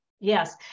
Yes